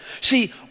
See